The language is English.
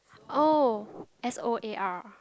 oh S O A R